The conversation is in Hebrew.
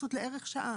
התייחסות לערך שעה?